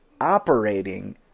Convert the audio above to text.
operating